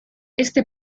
este